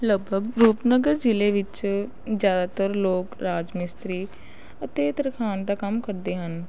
ਲਗਭਗ ਰੂਪਨਗਰ ਜ਼ਿਲ੍ਹੇ ਵਿੱਚ ਜ਼ਿਆਦਾਤਰ ਲੋਕ ਰਾਜ ਮਿਸਤਰੀ ਅਤੇ ਤਰਖਾਣ ਦਾ ਕੰਮ ਕਰਦੇ ਹਨ